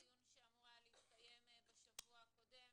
דיון שהיה אמור להסתיים בשבוע הקודם,